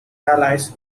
allies